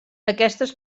aquestes